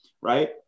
right